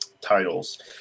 titles